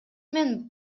мен